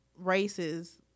Races